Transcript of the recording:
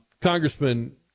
Congressman